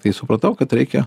tai supratau kad reikia